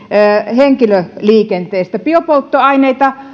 henkilöliikenteestä biopolttoaineita